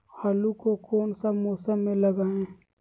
आलू को कौन सा मौसम में लगाए?